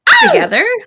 Together